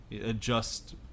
adjust